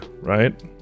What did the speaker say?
right